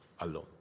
alone